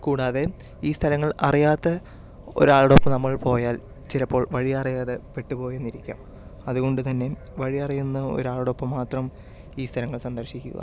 കൂടാതെ ഈ സ്ഥലങ്ങൾ അറിയാത്ത ഒരാളുടെ ഒപ്പം നമ്മൾ പോയാൽ ചിലപ്പോൾ വഴി അറിയാതെ പെട്ടുപോയെന്ന് ഇരിക്കാം അതുകൊണ്ട് തന്നെ വഴി അറിയുന്ന ഒരാളുടെ ഒപ്പം മാത്രം ഈ സ്ഥലങ്ങൾ സന്ദർശിക്കുക